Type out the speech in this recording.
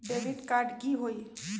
Debit card की होई?